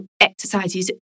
exercises